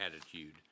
attitude